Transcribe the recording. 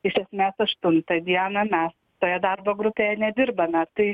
iš esmės aštuntą dieną mes toje darbo grupė nedirbame tai